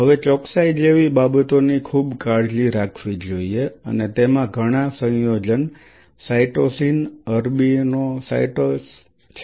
હવે ચોકસાઈ જેવી બાબતોની ખૂબ કાળજી રાખવી જોઈએ અને તેમાં ઘણા સંયોજન સાયટોસિન અરબીનોસાયટ્સ છે